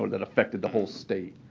that affected the whole state.